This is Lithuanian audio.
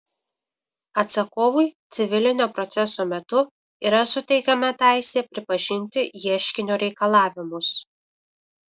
atsakovui civilinio proceso metu yra suteikiama teisė pripažinti ieškinio reikalavimus